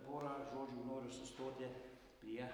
porą žodžių noriu sustoti prie